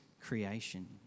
creation